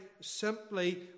simply